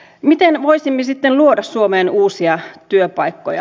miten voisimme sitten luoda suomeen uusia työpaikkoja